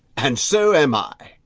and so am i.